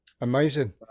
Amazing